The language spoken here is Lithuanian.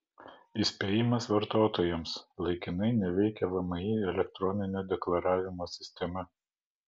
įspėjimas vartotojams laikinai neveikia vmi elektroninio deklaravimo sistema